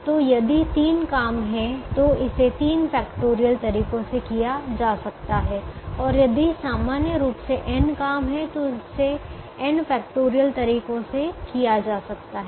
तो यदि तीन काम है तो इसे तीन फैक्टोरियल तरीकों से किया जा सकता है और यदि सामान्य रूप से n काम है तो इसे n फैक्टोरियल तरीकों से किया जा सकता है